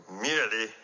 merely